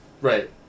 right